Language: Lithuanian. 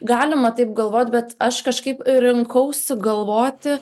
galima taip galvot bet aš kažkaip rinkausi sugalvoti